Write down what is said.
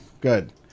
good